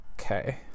Okay